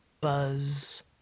buzz